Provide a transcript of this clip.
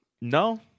No